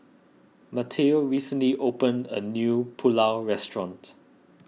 Mateo recently opened a new Pulao Restaurant